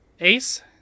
Ace